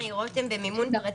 הבדיקות המהירות הן במימון פרטי.